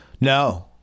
No